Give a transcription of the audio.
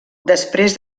després